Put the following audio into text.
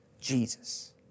Jesus